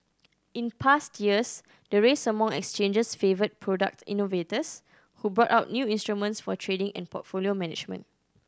in past years the race among exchanges favoured product innovators who brought out new instruments for trading and portfolio management